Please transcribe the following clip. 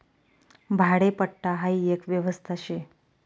भाडेपट्टा हाई एक व्यवस्था शे